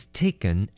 taken